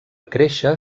créixer